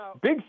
big